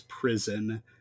prison